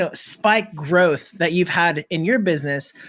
ah spiked growth that you've had in your business.